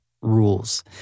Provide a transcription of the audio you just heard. rules